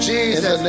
Jesus